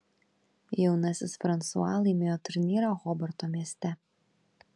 jaunasis fransua laimėjo turnyrą hobarto mieste